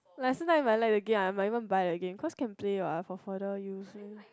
like sometime I like the game I might even but the game cause can play what for further use